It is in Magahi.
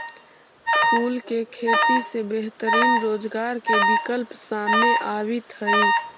फूल के खेती से बेहतरीन रोजगार के विकल्प सामने आवित हइ